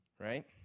right